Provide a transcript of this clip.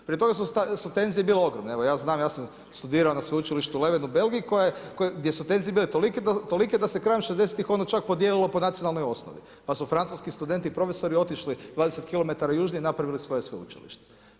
Prije toga su tenzije bile ogromne, evo ja znam, ja sam studirao na sveučilištu Leven u Belgiji gdje su tenzije bile tolike da se krajem 60-ih ono čak podijelilo po nacionalnoj osnovi pa su francuski studenti i profesori otišli 20 km južnije i napravili svoje sveučilište.